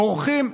בורחים.